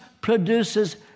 produces